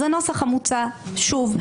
הנוסח המוצע שוב,